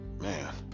man